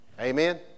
Amen